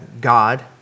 God